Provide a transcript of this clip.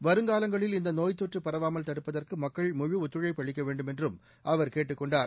வருங்காலங்களில் இந்த நோய்த்தொற்று பரவாமல் தடுப்பதற்கு மக்கள் முழு ஒத்துழைப்பு அளிக்க வேண்டுமென்றும் அவர் கேட்டுக் கொண்டார்